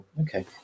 Okay